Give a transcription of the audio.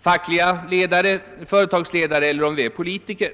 fackliga ledare, företagsledare eller politiker.